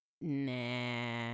Nah